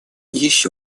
еще